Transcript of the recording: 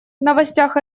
новостях